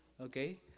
Okay